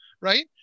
right